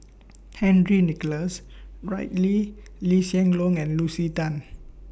Henry Nicholas Ridley Lee Hsien Loong and Lucy Tan